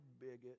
bigot